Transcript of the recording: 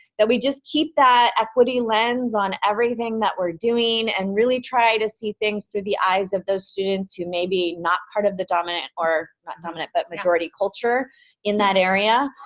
that we just keep that equity lens on everything that we're doing and really try to see things through the eyes of those students who may be not part of the dominant or not dominant but majority culture in that area,